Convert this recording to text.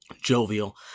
jovial